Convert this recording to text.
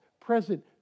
present